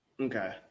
Okay